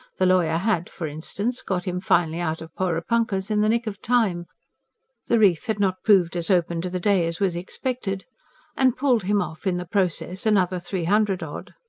the lawyer had, for instance, got him finally out of porepunkahs in the nick of time the reef had not proved as open to the day as was expected and pulled him off, in the process, another three hundred odd.